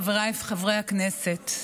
חבריי חברי הכנסת,